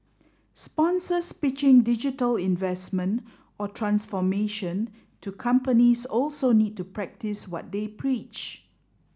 sponsors pitching digital investment or transformation to companies also need to practice what they preach